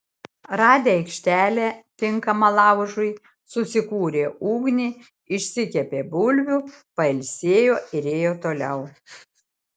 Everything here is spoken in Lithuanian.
radę aikštelę tinkamą laužui susikūrė ugnį išsikepė bulvių pailsėjo ir ėjo toliau